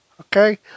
Okay